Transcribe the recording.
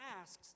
asks